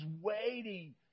waiting